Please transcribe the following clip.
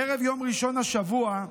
בערב יום ראשון השבוע,